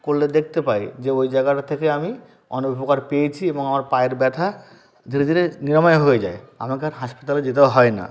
করলে দেখতে পাই যে ওই জায়গাটার থেকে আমি অনেক উপকার পেয়েছি এবং আমার পায়ের ব্যথা ধীরে ধীরে নিরাময় হয়ে যায় আমাকে আর হাসপাতালে যেতে হয় না